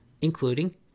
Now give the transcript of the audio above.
Including